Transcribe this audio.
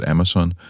Amazon